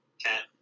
Cat